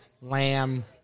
lamb